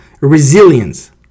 resilience